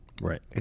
Right